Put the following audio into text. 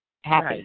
happy